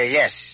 yes